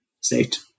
state